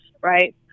right